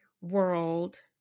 world